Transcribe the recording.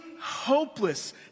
hopeless